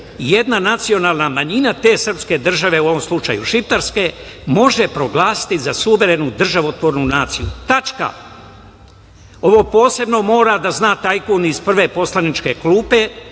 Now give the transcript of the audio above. jedna nacionalna manjina te srpske države, u ovom slučaju šiptarske, može proglasiti za suverenu državotvornu naciju. Ovo posebno mora da zna tajkun iz prve poslaničke klupe,